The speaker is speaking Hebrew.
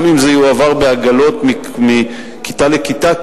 גם אם זה יועבר בעגלות מכיתה לכיתה,